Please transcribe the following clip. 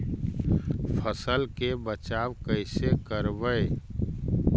फसल के बचाब कैसे करबय?